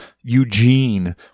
Eugene